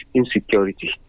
insecurity